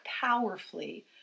powerfully